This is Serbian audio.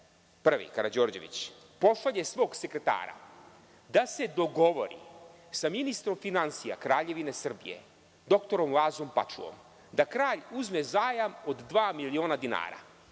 Prvi Karađorđević, pošalje svog sekretara da se dogovori sa ministrom finansija Kraljevine Srbije, dr Lazom Pačuom, da kralj uzme zajam od dva miliona dinara.